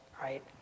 right